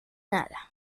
nada